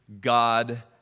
God